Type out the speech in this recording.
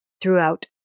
throughout